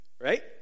right